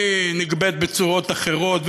היא נגבית בצורות אחרות,